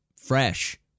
fresh